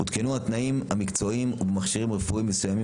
עודכנו התנאים המקצועיים ובמכשירים רפואיים מסוימים